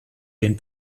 den